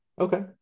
Okay